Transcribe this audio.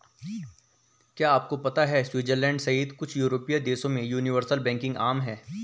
क्या आपको पता है स्विट्जरलैंड सहित कुछ यूरोपीय देशों में यूनिवर्सल बैंकिंग आम है?